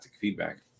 feedback